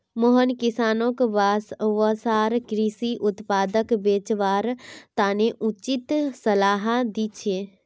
मोहन किसानोंक वसार कृषि उत्पादक बेचवार तने उचित सलाह दी छे